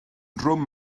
drwm